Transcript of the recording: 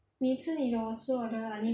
你吃你的我吃我的 lah 你